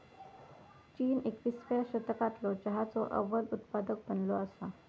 चीन एकविसाव्या शतकालो चहाचो अव्वल उत्पादक बनलो असा